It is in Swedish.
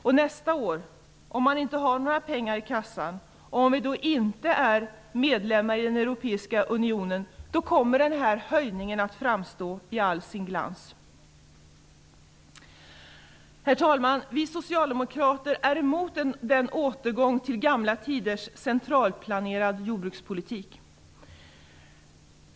Om vi nästa år inte har några pengar i kassan och inte är med i den europeiska unionen, kommer den här höjningen att framstå i all sin glans. Herr talman! Vi Socialdemokrater är emot en återgång till gamla tiders centralt planerade jordbrukspolitik.